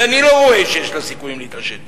ואני לא רואה שיש לה סיכויים להתעשת